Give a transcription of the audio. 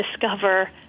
discover